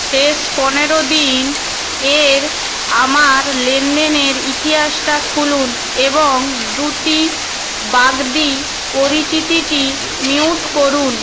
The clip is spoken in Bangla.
শেষ পনেরো দিন এর আমার লেনদেনের ইতিহাসটা খুলুন এবং দ্যুতি বাগদি পরিচিতিটি মিউট করুন